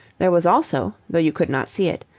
there was also, though you could not see it,